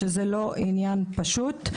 וזה לא עניין פשוט.